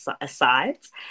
asides